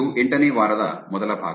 ಇದು ಎಂಟನೇ ವಾರದ ಮೊದಲ ಭಾಗ